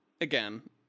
again